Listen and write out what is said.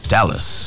Dallas